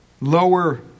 lower